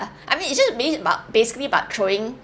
I mean it's just bas~ ba~ basically about throwing